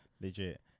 legit